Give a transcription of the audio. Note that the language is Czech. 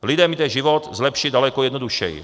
Lidem jde život zlepšit daleko jednodušeji.